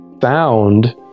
found